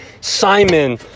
Simon